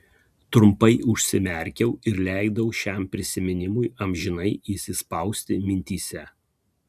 trumpai užsimerkiau ir leidau šiam prisiminimui amžinai įsispausti mintyse